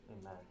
Amen